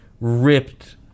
ripped